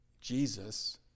Jesus